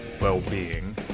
well-being